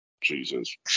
Jesus